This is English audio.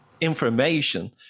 information